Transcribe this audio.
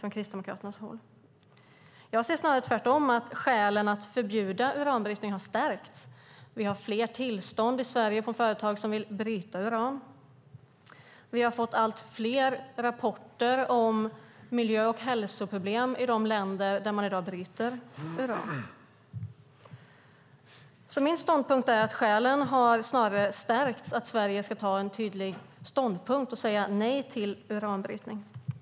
Jag ser snarare att det är tvärtom, det vill säga att skälen att förbjuda uranbrytning har stärkts. Vi har flera tillstånd i Sverige för företag som vill bryta uran. Vi har fått allt fler rapporter om miljö och hälsoproblem i de länder där man i dag bryter uran. Jag anser att skälen för att Sverige ska ta en tydlig ståndpunkt och säga nej till uranbrytning snarare har stärkts.